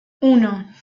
uno